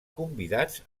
convidats